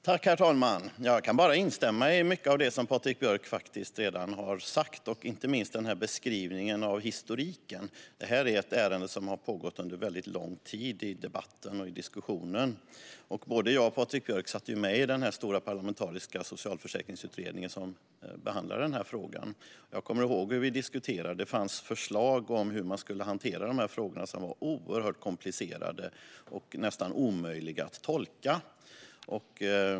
Herr talman! Jag kan bara instämma i mycket av det som Patrik Björck redan har sagt, inte minst i beskrivningen av historiken. Detta är ett ärende som det har varit debatt och diskussion om under mycket lång tid. Både jag och Patrik Björck satt med i den stora parlamentariska socialförsäkringsutredning som behandlade denna fråga. Jag kommer ihåg hur vi diskuterade. Det fanns förslag om hur man skulle hantera dessa frågor som var oerhört komplicerade och nästan omöjliga att tolka.